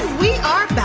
we are back.